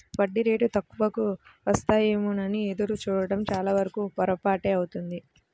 వడ్డీ రేటు తక్కువకు వస్తాయేమోనని ఎదురు చూడడం చాలావరకు పొరపాటే అవుతుంది